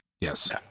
Yes